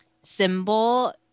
symbol